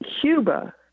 Cuba